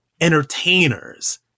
entertainers